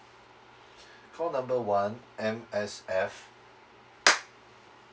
call number one M_S_F